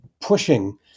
pushing